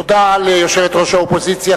תודה ליושבת-ראש האופוזיציה,